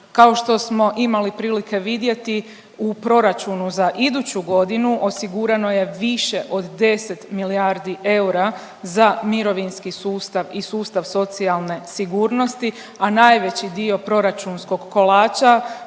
Kao što smo imali prilike vidjeti u proračunu za iduću godinu osigurano je više od 10 milijardi eura za mirovinski sustav i sustav socijalne sigurnosti, a najveći dio proračunskog kolača